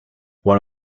one